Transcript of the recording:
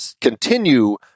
continue